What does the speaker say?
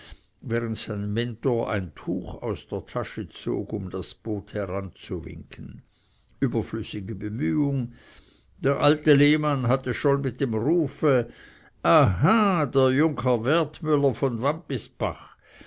während sein mentor ein tuch aus der tasche zog um das boot heranzuwinken überflüssige bemühung der alte lehmann hatte schon mit dem rufe aha der junker wertmüller vom